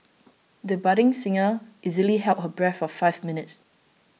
the budding singer easily held her breath for five minutes